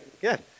Good